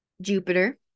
Jupiter